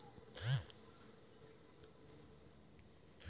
जैसलमेरी नसल ह राजस्थान म सबले जादा ऊन दे वाला भेड़िया आय